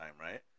right